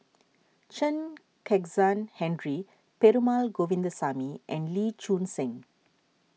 Chen Kezhan Henri Perumal Govindaswamy and Lee Choon Seng